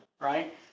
Right